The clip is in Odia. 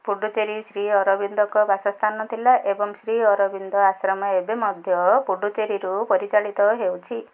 ପୁଡ଼ୁଚେରୀ ଶ୍ରୀ ଅରବିନ୍ଦଙ୍କ ବାସସ୍ଥାନ ଥିଲା ଏବଂ ଶ୍ରୀ ଅରବିନ୍ଦ ଆଶ୍ରମ ଏବେ ମଧ୍ୟ ପୁଡ଼ୁଚେରୀରୁ ପରିଚାଳିତ ହେଉଛି